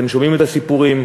אתם שומעים את הסיפורים,